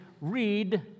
read